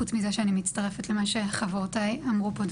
חוץ מזה שאני מצטרפת למה שחברותיי אמרו פה,